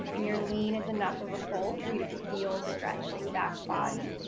and your lean is enough of a fold for you to feel stretched through back body.